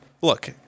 Look